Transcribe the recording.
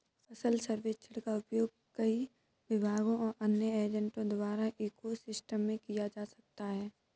फसल सर्वेक्षण का उपयोग कई विभागों और अन्य एजेंटों द्वारा इको सिस्टम में किया जा सकता है